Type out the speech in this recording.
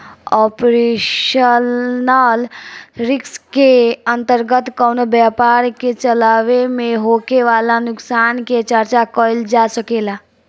operational risk के अंतर्गत कवनो व्यपार के चलावे में होखे वाला नुकसान के चर्चा कईल जा सकेला